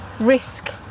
risk